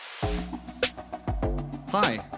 Hi